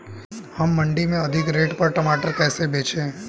हम मंडी में अधिक रेट पर टमाटर कैसे बेचें?